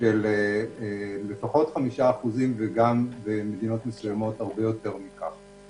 של לפחות 5%, ובמדינות מסוימות הרבה יותר מכך.